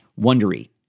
wondery